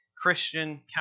Christian